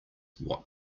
what